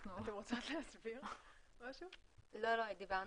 נותן השירות